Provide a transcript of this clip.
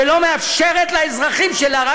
שלא מאפשרת לאזרחים שלה,